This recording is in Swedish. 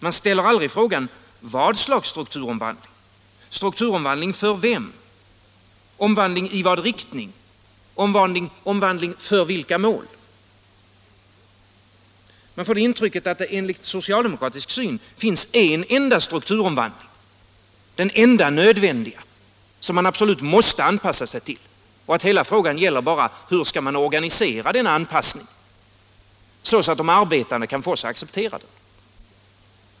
Man ställer aldrig frågan: Vad för slags strukturomvandling, strukturomvandling för vem, i vilken riktning, för vilka mål? Man får det intrycket att det enligt socialdemokratisk syn finns en enda strukturomvandling — den enda nödvändiga, som man absolut måste anpassa sig till, och att hela frågan bara gäller: Hur skall man organisera denna anpassning så att de arbetande kan fås att acceptera den?